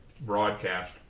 broadcast